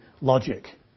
logic